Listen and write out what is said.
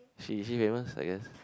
she is she famous I guess